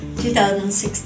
2016